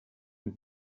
and